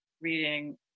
reading